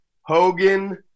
Hogan